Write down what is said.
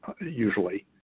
usually